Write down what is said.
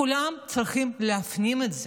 כולם צריכים להפנים את זה.